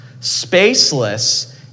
spaceless